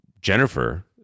Jennifer